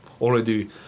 already